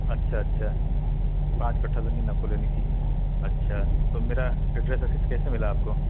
اچھا اچھا پانچ کٹھا زمین آپ کو لینی تھی اچھا تو میرا ایڈریس اسیس کیسے ملا آپ کو